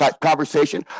conversation